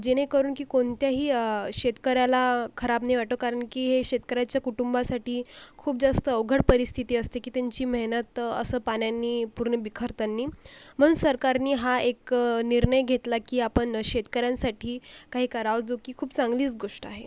जेणेकरून की कोणत्याही शेतकऱ्याला खराब नाही वाटो कारण की हे शेतकऱ्याच्या कुटुंबासाठी खूप जास्त अवघड परिस्थिती असते की त्यांची मेहनत असं पाण्याने पूर्ण बिखरताना म्हणून सरकारने हा एक निर्णय घेतला की आपण शेतकऱ्यांसाठी काही करावं जो की खूप चांगलीच गोष्ट आहे